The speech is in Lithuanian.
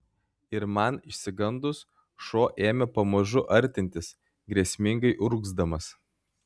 ir man išsigandus šuo ėmė pamažu artintis grėsmingai urgzdamas